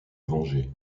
venger